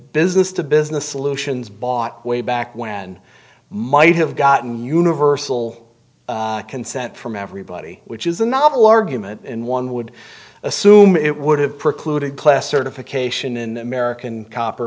business to business solutions bought way back when and might have gotten universal consent from everybody which is a novel argument and one would assume it would have precluded class certification in american copper